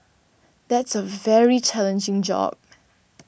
that's a very challenging job